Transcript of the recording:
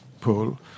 pool